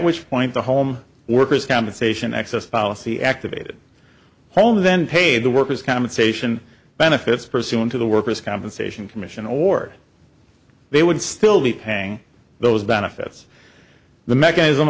which point the home workers compensation excess policy activated home then paid the workers compensation benefits pursuant to the workers compensation commission or they would still be paying those benefits the mechanism